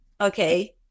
Okay